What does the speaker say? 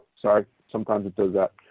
sorry, sometimes it does that.